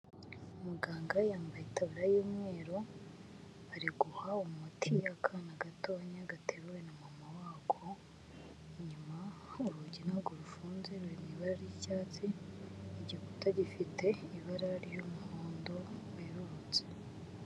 Muganga yambaye itaburiya y'umweru, ari guha umuti akana gatoya gateruwe na mama wako, inyuma urugi ntabwo rufunze ruri mu ibabara ry'icyatsi, igikuta gifite ibara ry'umuhondo werurutse.